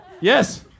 yes